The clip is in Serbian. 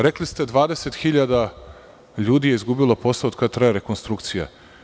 Rekli ste 20.000 ljudi je izgubilo posao od kako traje rekonstrukcija.